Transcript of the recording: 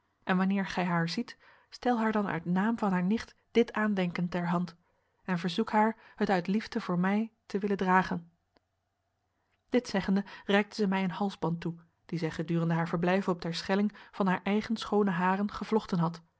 en wanneer gij haar ziet stel haar dan uit naam van haar nicht dit aandenken ter hand en verzoek haar het uit liefde voor mij te willen dragen dit zeggende reikte zij mij een halsband toe dien zij gedurende haar verblijf op ter schelling van haar eigen schoone haren gevlochten had